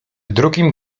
drugim